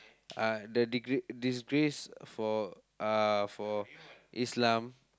uh the disg~ disgrace for uh for Islam